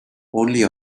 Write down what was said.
only